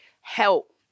help